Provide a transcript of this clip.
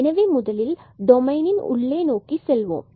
எனவே முதலில் டொமைனின் உள் நோக்கி செல்வோம்